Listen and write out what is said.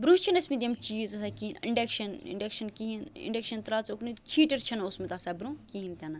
برٛونٛہہ چھِنہٕ ٲسمٕتۍ یِم چیٖز آسان کِہیٖنۍ اِنڈیٚکشَن اِنڈیٚکشَن کِہیٖنۍ اِنڈیٚکشَن ترٛاو ژٕ اُکنُے ہیٖٹَر چھُنہٕ اوسمُت آسان برٛونٛہہ کِہیٖنٛۍ تہِ نہٕ